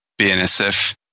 BNSF